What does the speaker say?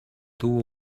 tuvo